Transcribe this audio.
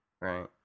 Right